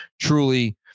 Truly